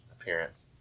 appearance